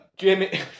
Jamie